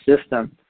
system